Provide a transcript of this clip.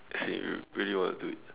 if you really want to do it